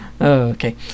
okay